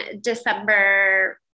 december